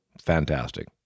fantastic